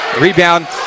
Rebound